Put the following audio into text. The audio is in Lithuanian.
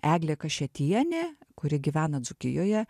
eglė kašėtienė kuri gyvena dzūkijoje